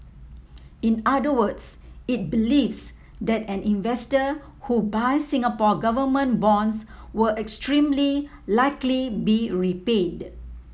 in other words it believes that an investor who buys Singapore Government bonds will extremely likely be repaid